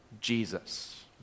Jesus